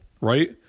Right